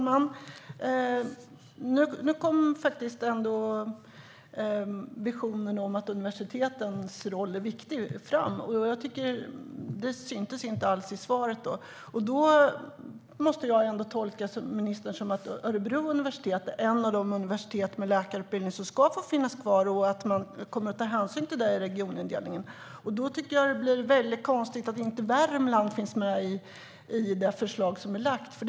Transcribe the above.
Herr talman! Nu kom ändå visionen om att universitetens roll är viktig fram. Det hördes inte alls i svaret, tyckte jag. Jag måste tolka ministern som att Örebro universitet är ett av de universitet med läkarutbildning som ska få finnas kvar och att man kommer att ta hänsyn till det i regionindelningen. Då tycker jag att det är väldigt konstigt att inte Värmland finns med i det förslag som lagts fram.